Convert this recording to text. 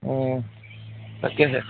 তাকেহে